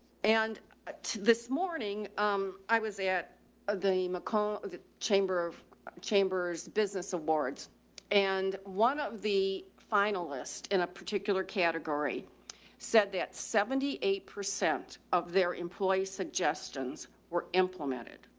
and ah this morning, um, i was at ah the mco, the chamber of chambers business awards and one of the finalist in a particular category said that seventy eight percent of their employee suggestions were implemented.